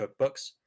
cookbooks